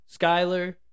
Skyler